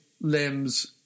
limbs